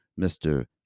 mr